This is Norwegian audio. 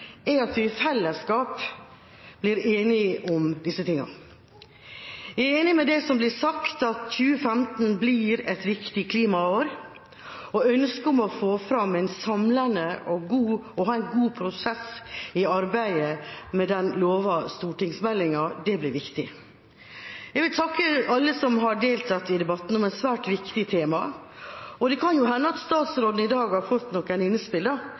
er at vi i fellesskap blir enige om disse tingene. Jeg er enig i det som blir sagt om at 2015 blir et viktig klimaår, og i ønsket om å ha en samlende og god prosess i arbeidet med den lovede stortingsmeldingen. Det blir viktig. Jeg vil takke alle som har deltatt i debatten om et svært viktig tema, og det kan jo hende at statsråden i dag har fått noen